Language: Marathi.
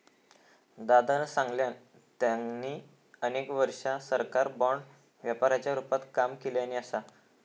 दादानं सांगल्यान, त्यांनी अनेक वर्षा सरकारी बाँड व्यापाराच्या रूपात काम केल्यानी असा